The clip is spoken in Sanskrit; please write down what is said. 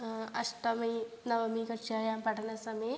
अष्टमी नवमी कक्षायां पठनसमये